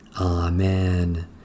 Amen